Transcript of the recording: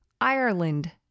Ireland